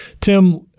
Tim